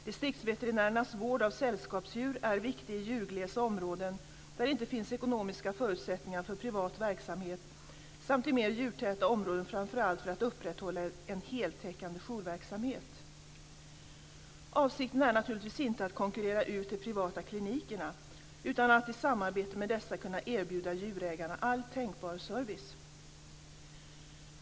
Distriktsveterinärernas vård av sällskapsdjur är viktig i djurglesa områden där det inte finns ekonomiska förutsättningar för privat verksamhet samt i mer djurtäta områden framför allt för att upprätthålla en heltäckande jourverksamhet. Avsikten är naturligtvis inte att konkurrera ut de privata klinikerna utan att i samarbete med dessa kunna erbjuda djurägarna all tänkbar service.